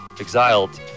Exiled